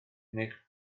cnicht